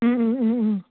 ও ও ও ও